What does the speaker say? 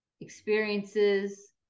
experiences